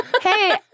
hey